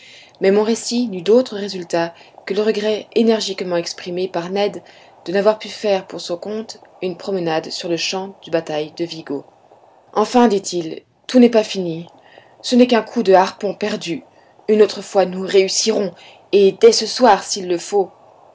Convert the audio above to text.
mais mon récit n'eut d'autre résultat que le regret énergiquement exprimé par ned de n'avoir pu faire pour son compte une promenade sur le champ de bataille de vigo enfin dit-il tout n'est pas fini ce n'est qu'un coup de harpon perdu une autre fois nous réussirons et dès ce soir s'il le faut